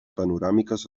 panoràmiques